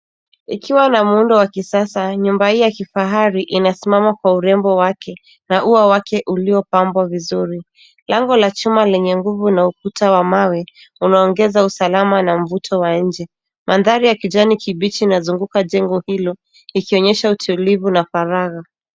Ikiwa na muundo wa kisasa, nyumba hii ya kifahari inasimama kwa urembo wake na uwa wake ulio pambwa vizuri. Lango la chuma lenye nguvu na ukuta wa mawe, unaongeza usalama na mvuto wa inje. Mandhari ya kijani kibichi ina zunguka jengo hilo, ikionyesha utulivu na farara.